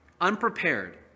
Unprepared